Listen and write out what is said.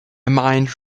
mind